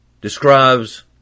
describes